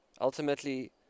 Ultimately